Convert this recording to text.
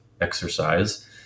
exercise